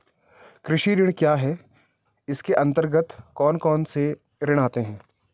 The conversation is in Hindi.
कृषि ऋण क्या है इसके अन्तर्गत कौन कौनसे ऋण आते हैं?